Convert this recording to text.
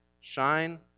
Shine